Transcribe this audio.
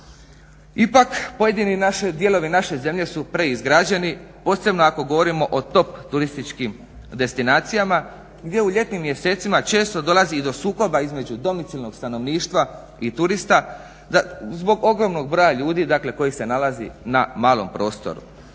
Ipak pojedini dijelovi naše zemlje su preizgrađeni, posebno ako govorimo o top turističkim destinacijama gdje u ljetnim mjesecima često dolazi i do sukoba između domicilnog stanovništva i turista zbog ogromnog broja ljudi dakle koji se nalazi na malom prostoru.